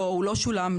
לא, הוא לא שולם.